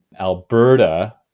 Alberta